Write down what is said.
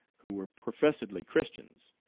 who were professedly christians.